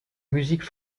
musique